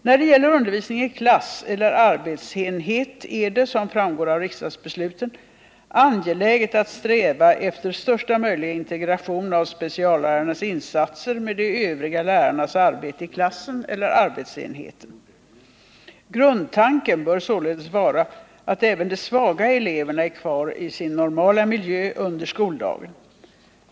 När det gäller undervisning i klass eller arbetsenhet är det — som framgår av riksdagsbesluten —-angeläget att sträva efter största möjliga integration av speciallärarnas insatser med de övriga lärarnas arbete i klassen eller arbetsenheten. Grundtanken bör således vara att även de svaga eleverna är kvar i sin normala miljö under skoldagen.